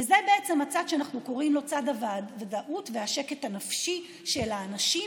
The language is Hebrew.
וזה בעצם הצעד שאנחנו קוראים לו "צעד הוודאות והשקט הנפשי של אנשים",